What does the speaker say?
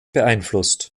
beeinflusst